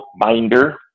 binder